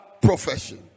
profession